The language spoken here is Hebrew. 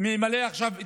שממלא עכשיו את